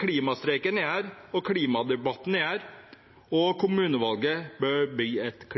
klimastreiken er her, og klimadebatten er her – kommunevalget bør bli et